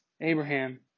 Abraham